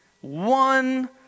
one